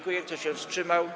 Kto się wstrzymał?